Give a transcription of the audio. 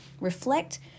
reflect